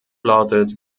lautet